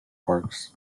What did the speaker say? parks